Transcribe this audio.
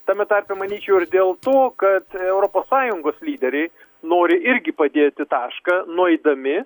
tame tarpe manyčiau ir dėl to kad europos sąjungos lyderiai nori irgi padėti tašką nueidami